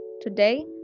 Today